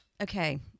okay